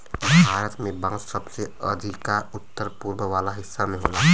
भारत में बांस सबसे अधिका उत्तर पूरब वाला हिस्सा में होला